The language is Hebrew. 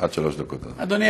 עד שלוש דקות, אדוני.